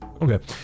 Okay